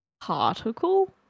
particle